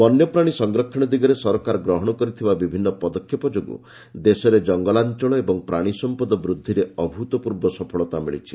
ବନ୍ୟପ୍ରାଣୀ ସଂରକ୍ଷଣ ଦିଗରେ ସରକାର ଗ୍ରହଣ କରିଥିବା ବିଭିନ୍ନ ପଦକ୍ଷେପ ଯୋଗୁଁ ଦେଶରେ ଜଙ୍ଗଲାଞ୍ଚଳ ଏବଂ ପ୍ରାଣୀ ସମ୍ପଦ ବୃଦ୍ଧିରେ ଅଭୁତପୂର୍ବ ସଫଳତା ମିଳିଛି